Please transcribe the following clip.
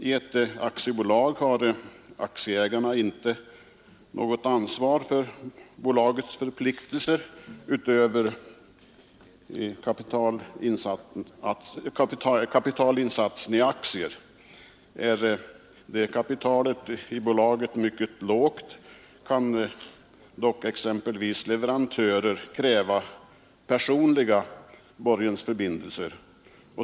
I ett aktiebolag har aktieägarna inte något ansvar för bolagets förpliktelser utöver kapitalinsatsen i aktier. Är det kapitalet i bolaget mycket lågt kan dock exempelvis leverantörer kräva personliga borgensförbindelser.